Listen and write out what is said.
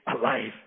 alive